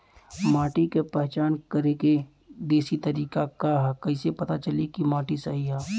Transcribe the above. माटी क पहचान करके देशी तरीका का ह कईसे पता चली कि माटी सही ह?